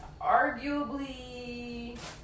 arguably